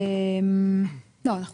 הפסקה